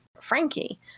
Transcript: Frankie